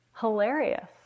hilarious